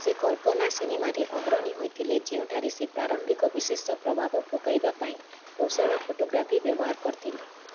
ସେ କଳ୍ପନା ସିନେମାରେ ଅଗ୍ରଣୀ ହୋଇଥିଲେ ଯେଉଁଠାରେ ସେ ପ୍ରାରମ୍ଭିକ ବିଶେଷ ପ୍ରଭାବ ପକାଇବା ପାଇଁ କୌଶଳ ଫଟୋଗ୍ରାଫି ବ୍ୟବହାର କରିଥିଲେ